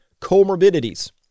comorbidities